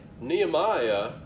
Nehemiah